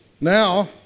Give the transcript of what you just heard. Now